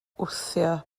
wthio